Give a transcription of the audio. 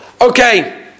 Okay